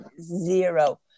zero